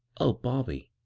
oh, bobby